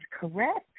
correct